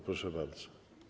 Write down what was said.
Proszę bardzo.